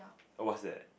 oh what's that